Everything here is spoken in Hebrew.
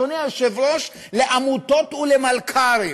אדוני היושב-ראש, לעמותות ולמלכ"רים.